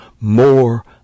more